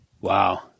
Wow